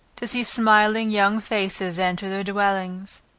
to see smiling young faces enter their dwellings,